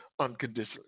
unconditionally